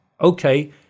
okay